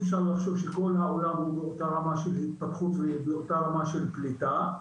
אי אפשר לחשוב שכל העולם הוא באותה רמה של התפתחות ובאותה רמה של פליטה.